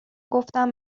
گفتم